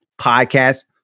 podcast